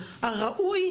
הראוי,